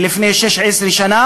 לפני 16 שנה,